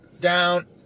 down